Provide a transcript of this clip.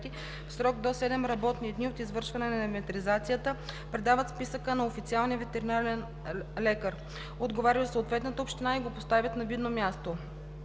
в срок до 7 работни дни от извършване на инвентаризацията предават списъка на официалния ветеринарен лекар, отговарящ за съответната община и го поставят на видно място.“